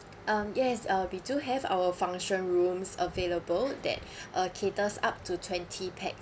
um yes uh we do have our function rooms available that uh caters up to twenty pax